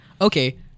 Okay